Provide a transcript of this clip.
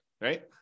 right